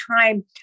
time